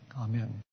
Amen